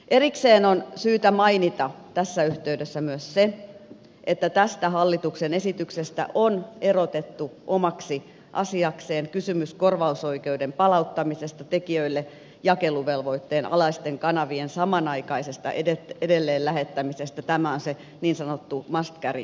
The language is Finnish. erikseen on syytä mainita tässä yhteydessä myös se että tästä hallituksen esityksestä on erotettu omaksi asiakseen kysymys korvausoikeuden palauttamisesta tekijöille jakeluvelvoitteen alaisten kanavien samanaikaisesta edelleenlähettämisestä tämä on se niin sanottu must carry velvoite